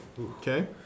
Okay